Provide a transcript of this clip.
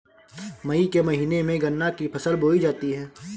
मई के महीने में गन्ना की फसल बोई जाती है